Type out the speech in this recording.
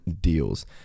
deals